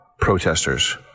protesters